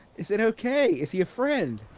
is it okay? is he a friend?